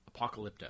Apocalypto